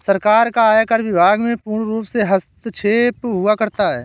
सरकार का आयकर विभाग में पूर्णरूप से हस्तक्षेप हुआ करता है